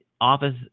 office